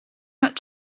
not